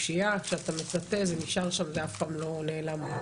כשאתה מטאטה זה נשאר שם ואף פעם לא נעלם.